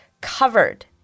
covered